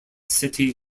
city